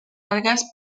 algas